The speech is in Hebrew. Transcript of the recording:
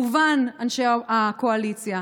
וכמובן אנשי הקואליציה,